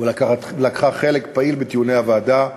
ולקחה חלק פעיל בדיוני הוועדה.